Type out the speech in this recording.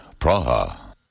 Praha